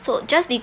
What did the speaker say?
so just be~